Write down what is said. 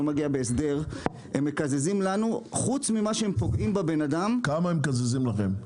מגיע בהסדר --- כמה הם מקזזים לכם?